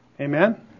Amen